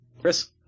Chris